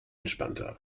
entspannter